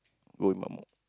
go with